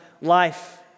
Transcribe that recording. life